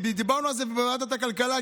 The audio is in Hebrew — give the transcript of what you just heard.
דיברנו על זה בוועדת הכלכלה,